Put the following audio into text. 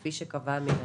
כפי שקבע המנהל.